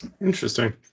interesting